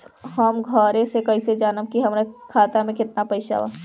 हम घरे से कैसे जानम की हमरा खाता मे केतना पैसा बा?